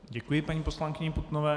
Děkuji paní poslankyni Putnové.